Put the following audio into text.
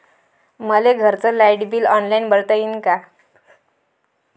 मले घरचं light bill online भरता येईन का?